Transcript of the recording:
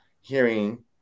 hearing